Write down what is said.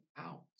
out